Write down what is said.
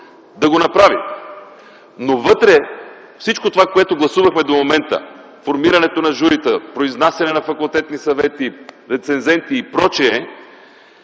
да го направи. Но вътре всичко това, което гласувахме до момента – формирането на журито, произнасяне на факултетни съвети, рецензенти и прочие,